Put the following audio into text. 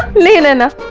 naina